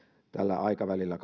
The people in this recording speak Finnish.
aikavälillä